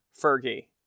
Fergie